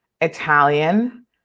Italian